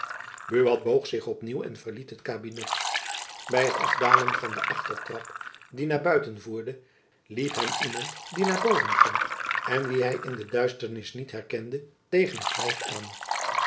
buat boog zich op nieuw en verliet het kabinet by het afdalen van den achtertrap die naar buiten voerde liep hem iemand die naar boven ging en wien hy in de duisternis niet herkende tegen t lijf aan